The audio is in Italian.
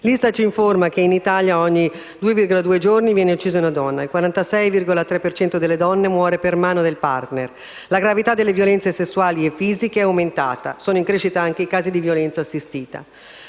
L'ISTAT ci informa che in Italia ogni 2,2 giorni viene uccisa una donna. Il 46,3 per cento delle donne uccise muore per mano del *partner*. La gravità delle violenze sessuali e fisiche è aumentata. Sono in crescita anche i casi di violenza assistita.